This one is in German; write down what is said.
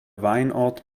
weinort